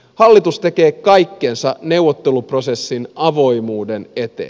hallitus tekee kaikkensa neuvotteluprosessin avoimuuden eteen